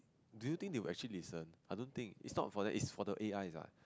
do you think they will actually listen I don't think its not for them its for the A_I